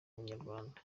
inyarwanda